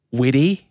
witty